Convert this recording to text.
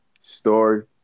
Story